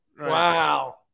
Wow